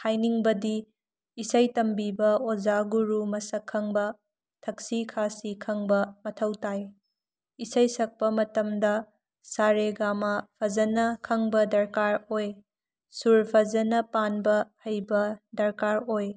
ꯍꯥꯏꯅꯤꯡꯕꯗꯤ ꯏꯁꯩ ꯇꯝꯕꯤꯕ ꯑꯣꯖꯥ ꯒꯨꯔꯨ ꯃꯁꯛ ꯈꯪꯕ ꯊꯛꯁꯤ ꯈꯥꯁꯤ ꯈꯪꯕ ꯃꯊꯧ ꯇꯥꯏ ꯏꯁꯩ ꯁꯀꯄ ꯃꯇꯝꯗ ꯁꯥꯔꯦꯒꯥꯃꯥ ꯐꯖꯅ ꯈꯪꯕ ꯗ꯭ꯔꯀꯥꯔ ꯑꯣꯏ ꯁꯨꯔ ꯐꯖꯅ ꯄꯥꯟꯕ ꯍꯩꯕ ꯗ꯭ꯔꯀꯥꯔ ꯑꯣꯏ